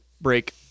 break